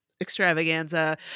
extravaganza